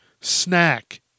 snack